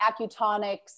acutonics